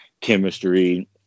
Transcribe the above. chemistry